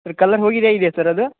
sir colour ಹೋಗಿದೆಯಾ ಇದೆಯಾ sir ಅದು